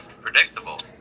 predictable